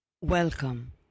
Welcome